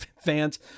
fans